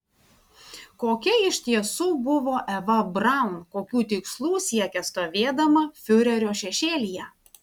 kokia iš tiesų buvo eva braun kokių tikslų siekė stovėdama fiurerio šešėlyje